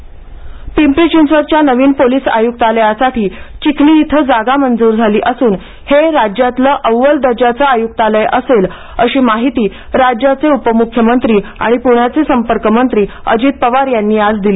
चि आय्क्तालय पिंपरी चिंचवडच्या नवीन पोलिस आयुक्तालयासाठी चिखली इथली जागा मंजूर झाली असून राज्यातील अव्वल दर्जाचे आयुक्तालय असेल अशी माहिती राज्याचे उपमुख्यमंत्री आणि पुण्याचे संपर्कमंत्री अजित पवार यांनी आज दिली